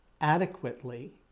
adequately